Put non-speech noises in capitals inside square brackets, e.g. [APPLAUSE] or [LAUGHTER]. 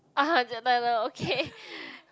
[uh huh] okay [BREATH]